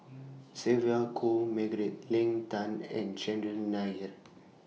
Sylvia Kho Margaret Leng Tan and Chandran Nair